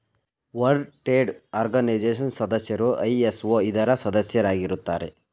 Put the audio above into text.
world trade organisation ಸದಸ್ಯರು ISO ಇದರ ಸದಸ್ಯರಾಗಿರುತ್ತಾರೆ